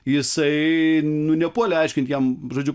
jisai nu nepuolė aiškinti jam žodžiu